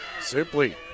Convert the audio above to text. Simply